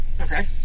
Okay